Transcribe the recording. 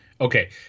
okay